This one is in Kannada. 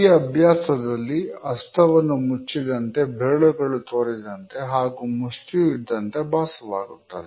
ಈ ಅಭ್ಯಾಸದಲ್ಲಿ ಹಸ್ತವೂ ಮುಚ್ಚಿದಂತೆ ಬೆರಳುಗಳು ತೋರಿದಂತೆ ಹಾಗೂ ಮುಷ್ಟಿಯು ಇದ್ದಂತೆ ಭಾಸವಾಗುತ್ತದೆ